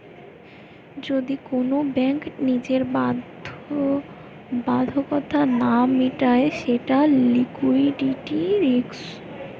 যদি কোন ব্যাঙ্ক নিজের বাধ্যবাধকতা না মিটায় সেটা লিকুইডিটি রিস্ক